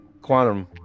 Quantum